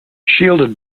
shielded